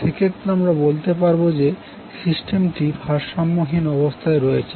সেক্ষেত্রে আমরা বলতে পারবো যে সিস্টেমটি ভারসাম্যহীন অবস্থায় রয়েছে